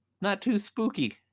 not-too-spooky